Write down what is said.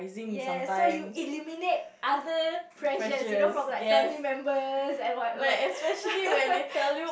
yes so you eliminate other pressures you know from like family members and what not